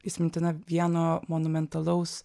įsimintina vieno monumentalaus